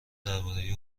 درباره